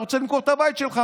אתה רוצה למכור את הבית שלך,